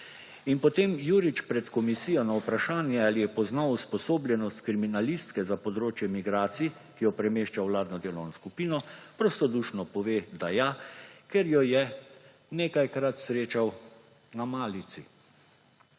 In potem Jurič pred komisijo na vprašanje, ali je poznal usposobljenost kriminalistke za področje migracij, ki jo premešča v vladno delovno skupino, prostodušno pove, da ja, ker jo je nekajkrat srečal na malici.